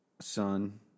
son